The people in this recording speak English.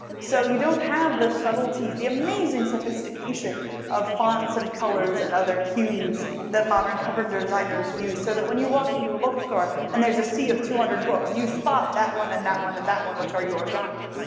so you don't have the subtlety, the amazing sophistication of fonts and colors and other cues that modern cover designers use so that when you walk into a bookstore, and there's a sea of two hundred books, you spot that one, and that one, and that one, which are your genre.